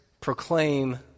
proclaim